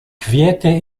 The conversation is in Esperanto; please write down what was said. kviete